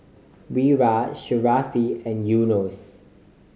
Wira Sharifah and Yunos